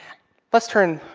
let's turn,